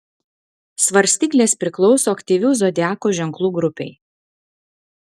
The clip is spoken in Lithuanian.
svarstyklės priklauso aktyvių zodiako ženklų grupei